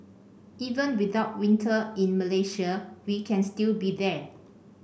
even without winter in Malaysia we can still be there